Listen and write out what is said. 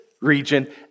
region